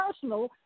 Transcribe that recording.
personal